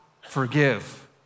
forgive